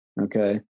okay